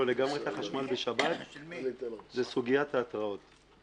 לגמרי את החשמל בשבת זה סוגיית ההתראות.